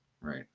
Right